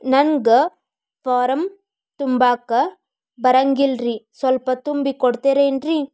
ನಂಗ ಫಾರಂ ತುಂಬಾಕ ಬರಂಗಿಲ್ರಿ ಸ್ವಲ್ಪ ತುಂಬಿ ಕೊಡ್ತಿರೇನ್ರಿ?